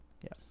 yes